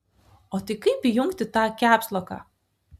o tai kaip įjungti tą kepsloką